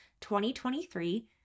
2023